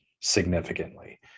significantly